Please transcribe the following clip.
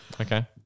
Okay